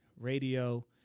radio